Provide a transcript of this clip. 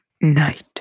night